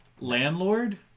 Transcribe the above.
Landlord